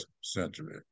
century